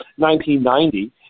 1990